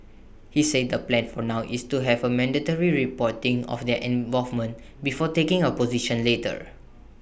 he said the plan for now is to have A mandatory reporting of their involvement before taking A position later